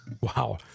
Wow